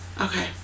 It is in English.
Okay